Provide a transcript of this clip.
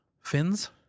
fins